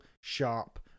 sharp